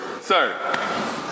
Sir